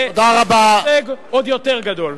זה הישג עוד יותר גדול.